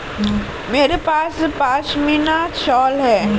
मेरे पास पशमीना शॉल है